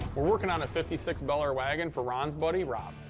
we're working on a fifty six bel air wagon for ron's buddy rob.